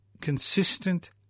consistent